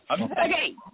Okay